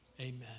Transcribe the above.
Amen